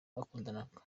bakundanaga